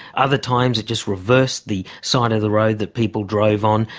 other times it just reversed the side of the road that people drove on,